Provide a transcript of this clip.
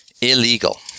illegal